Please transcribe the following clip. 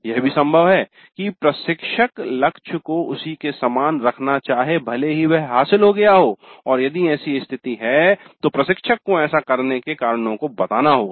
यह भी संभव है कि प्रशिक्षक लक्ष्य को उसी के समान रखना चाहे भले ही वह हासिल हो गया हो और यदि ऐसे स्थिती है तो प्रशिक्षक को ऐसा करने के कारणों को बताना होगा